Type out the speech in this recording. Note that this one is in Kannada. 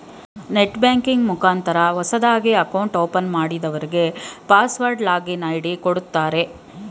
ನೆಟ್ ಬ್ಯಾಂಕಿಂಗ್ ಮುಖಾಂತರ ಹೊಸದಾಗಿ ಅಕೌಂಟ್ ಓಪನ್ ಮಾಡದವ್ರಗೆ ಪಾಸ್ವರ್ಡ್ ಲಾಗಿನ್ ಐ.ಡಿ ಕೊಡುತ್ತಾರೆ